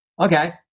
Okay